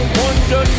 wonder